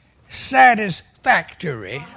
satisfactory